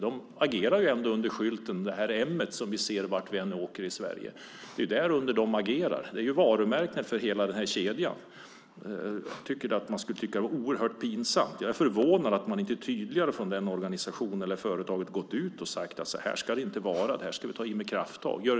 De agerar ändå under skylten - det "M" vi ser vart vi än åker i Sverige. Det är varumärket för hela kedjan, och jag är därför förvånad över att man inte tydligare från företagets sida gått ut och sagt att så här ska det inte vara. Detta ska vi ta krafttag emot.